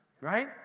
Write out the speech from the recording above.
Right